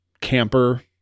camper